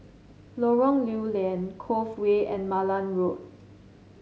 Lorong Lew Lian Cove Way and Malan Road